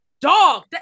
Dog